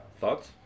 thoughts